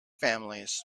families